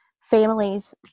families